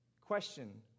Question